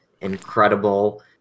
incredible